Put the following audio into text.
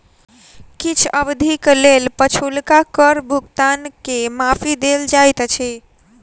किछ अवधिक लेल पछुलका कर भुगतान के माफी देल जाइत अछि